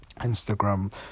Instagram